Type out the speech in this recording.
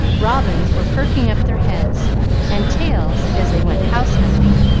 robins were perking up their heads and tails as they went house-hunting,